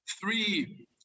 three